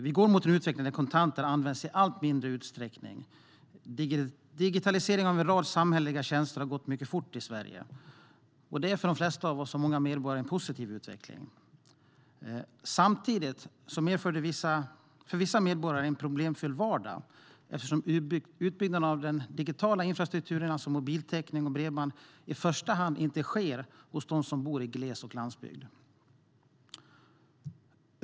Vi går mot en utveckling där kontanter används i allt mindre utsträckning. Digitaliseringen av en rad samhälleliga tjänster har gått mycket fort i Sverige. Det är för de flesta av oss medborgare en positiv utveckling. Samtidigt medför det för vissa medborgare en problemfylld vardag eftersom utbyggnad av mobiltäckning och bredband i första hand inte sker hos dem som bor i gles och landsbygd.